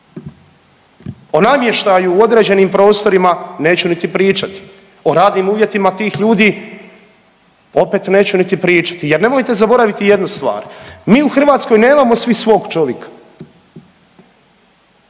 O namještaju u određenim prostorima neću niti pričati, o radnim uvjetima tih ljudi opet neću niti pričati. Jer nemojte zaboraviti jednu stvar. Mi u Hrvatskoj nemamo svi svog čovika.